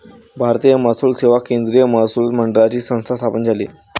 भारतीय महसूल सेवा केंद्रीय महसूल मंडळाची संस्था स्थापन झाली